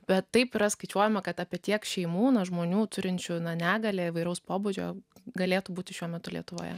bet taip yra skaičiuojama kad apie tiek šeimų nuo žmonių turinčių negalią įvairaus pobūdžio galėtų būti šiuo metu lietuvoje